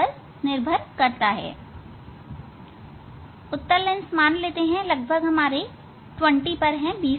मान लेते हैं उत्तल लेंस लगभग 20 पर है